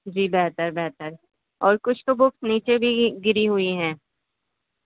جی بہتر بہتر اور کچھ تو بک نیچے بھی گری ہوئی ہیں